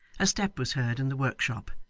a step was heard in the workshop,